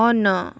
on